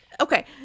Okay